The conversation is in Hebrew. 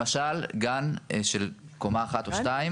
למשל גן של קומה אחת או שתיים.